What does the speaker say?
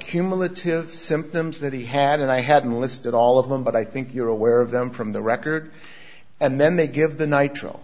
cumulative symptoms that he had and i hadn't listed all of them but i think you're aware of them from the record and then they give the nitrile